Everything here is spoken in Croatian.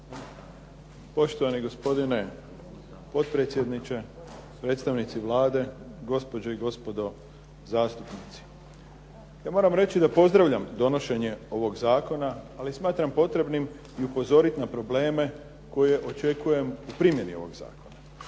Poštovani gospodine potpredsjedniče, predstavnici Vlade, gospođe i gospodo zastupnici. Ja moram reći da pozdravljam donošenje ovog zakona, ali smatram potrebnim i upozorit na probleme koje očekujem u primjeni ovog zakona.